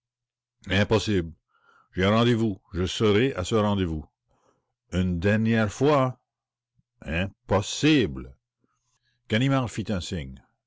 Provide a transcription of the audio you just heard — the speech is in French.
impossible j'ai un rendez-vous je serai à ce rendez-vous une dernière fois im pos sible ganimard fit un signe